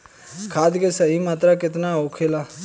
खाद्य के सही मात्रा केतना होखेला?